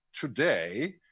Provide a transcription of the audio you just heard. today